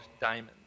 Diamond